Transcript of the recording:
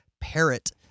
parrot